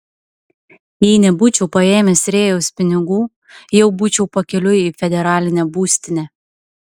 jei nebūčiau paėmęs rėjaus pinigų jau būčiau pakeliui į federalinę būstinę